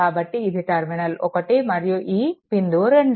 కాబట్టి ఇది టర్మినల్ 1 మరియు ఈ బిందువు 2